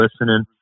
listening